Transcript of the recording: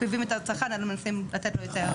מקריבים את הצרכן, אלא מנסים לתת לו.